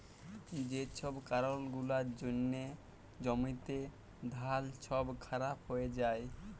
যে ছব কারল গুলার জ্যনহে জ্যমিতে ধাল ছব খারাপ হঁয়ে যায়